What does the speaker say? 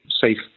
safe